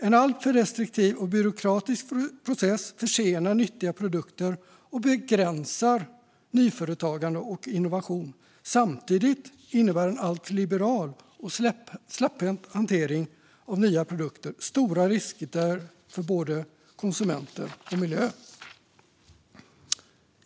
En alltför restriktiv och byråkratisk process försenar nyttiga produkter och begränsar nyföretagande och innovation. Samtidigt innebär en alltför liberal och släpphänt hantering av nya produkter stora risker för både konsumenter och miljö.